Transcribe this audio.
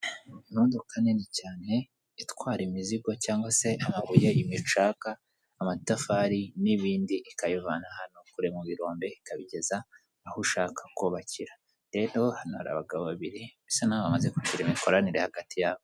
Imodoka nini cyane itwara imizigo cyangwa se amabuye, imicaka, amatafari n'ibindi ikabivana ahantu kure mu birombe ikabigeza aho ushaka kubakira rero hano hari abagabo babiri bisa naho bamaze kugira imikoranire hagati yabo.